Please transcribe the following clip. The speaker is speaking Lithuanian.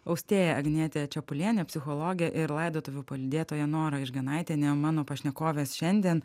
austėja agnietė čepulienė psichologė ir laidotuvių palydėtoja nora išganaitienė o mano pašnekovės šiandien